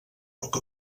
poc